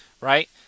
right